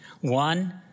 one